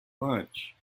lunch